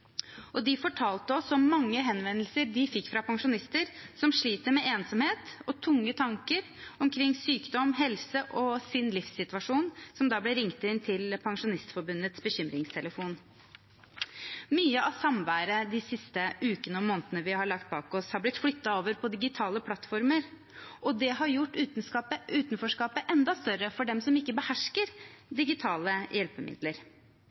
De fortalte oss om mange henvendelser de fikk fra pensjonister som sliter med ensomhet og tunge tanker omkring sykdom, helse og sin livssituasjon, som ble ringt inn til Pensjonistforbundets bekymringstelefon. Mye av samværet de siste ukene og månedene vi har lagt bak oss, har blitt flyttet over på digitale plattformer. Det har gjort utenforskapet enda større for dem som ikke behersker digitale hjelpemidler.